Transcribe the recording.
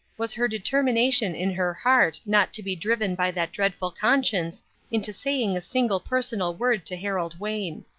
was her determination in her heart not to be driven by that dreadful conscience into saying a single personal word to harold wayne.